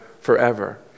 forever